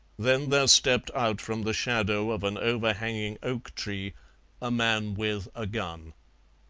then there stepped out from the shadow of an overhanging oak tree a man with a gun.